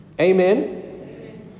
Amen